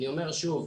אני אומר שוב,